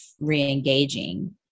re-engaging